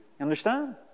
understand